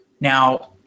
Now